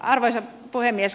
arvoisa puhemies